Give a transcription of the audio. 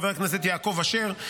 חבר הכנסת יעקב אשר,